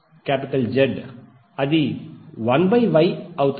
అది 1 by Y అవుతుంది